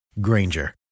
Granger